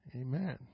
Amen